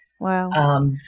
Wow